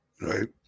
right